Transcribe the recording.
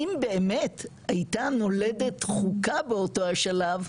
אם באמת הייתה נולדת חוקה באותו השלב,